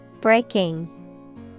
Breaking